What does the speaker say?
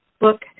book